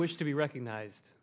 wish to be recognized